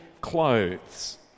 clothes